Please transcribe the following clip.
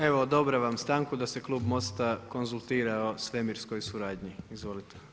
Evo odobravam vam stanku da se klub MOST-a konzultira o svemirskoj suradnji, izvolite.